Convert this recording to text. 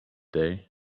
day